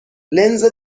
لنز